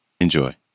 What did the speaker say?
Enjoy